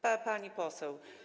Pani poseł.